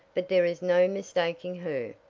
but there is no mistaking her.